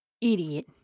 idiot